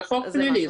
זה חוק פלילי.